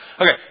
Okay